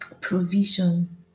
provision